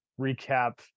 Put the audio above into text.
recap